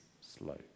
slow